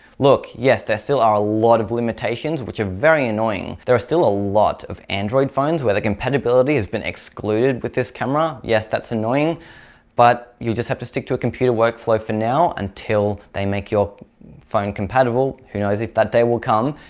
yes there still are a lot of limitations which are very annoying, there are still a lot of android phones where the compatibility has been excluded with this camera yes that's annoying but you just have to stick to a computer workflow for now until they make your phone compatible you know if that day will come,